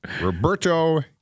Roberto